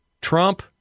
Trump